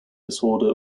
disorder